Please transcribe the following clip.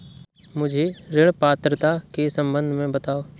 मुझे ऋण पात्रता के सम्बन्ध में बताओ?